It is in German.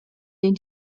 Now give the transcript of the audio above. den